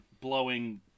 blowing